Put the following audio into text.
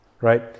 right